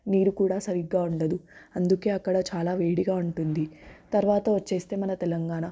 నీరు కూడా సరిగ్గా ఉండదు అందుకే అక్కడ చాలా వేడిగా ఉంటుంది తర్వాత వచ్చేస్తే మన తెలంగాణ